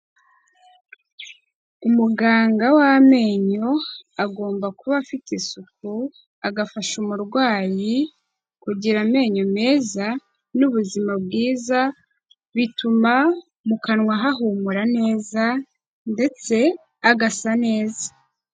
Umuganga w'amenyo agomba kuba afite isuku, agafasha umurwayi kugira amenyo meza n'ubuzima bwiza, bituma mu kanwa hahumura neza ndetse hagasa neza.